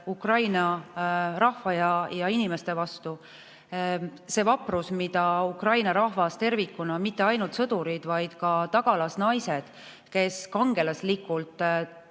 Ukraina rahva ja inimeste vastu. See vaprus, mida Ukraina rahvas tervikuna, mitte ainult sõdurid, vaid ka tagalas naised, kes kangelaslikult